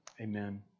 Amen